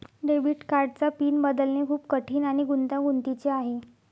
debit कार्डचा PIN बदलणे खूप कठीण आणि गुंतागुंतीचे आहे